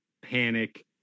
panic